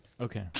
Okay